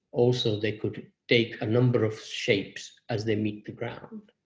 also, they could take a number of shapes as they meet the ground.